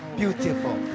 beautiful